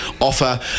offer